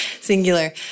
singular